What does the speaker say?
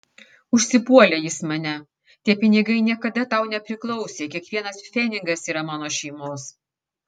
užsipuolė jis mane tie pinigai niekada tau nepriklausė kiekvienas pfenigas yra mano šeimos